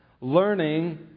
learning